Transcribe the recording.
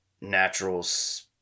Naturals